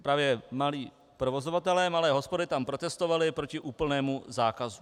Právě malí provozovatelé malé hospody tam protestovali proti úplnému zákazu.